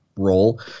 role